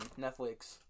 Netflix